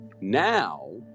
now